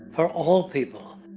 for all people.